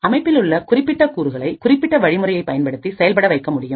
அமைப்பிலுள்ள குறிப்பிட்ட கூறுகளை குறிப்பிட்ட வழிமுறையை பயன்படுத்தி செயல்பட வைக்க முடியும்